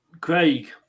Craig